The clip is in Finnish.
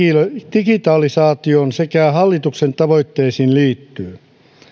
digitalisaatioon sekä hallituksen tavoitteisiin liittyy